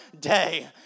day